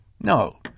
No